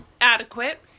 adequate